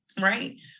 right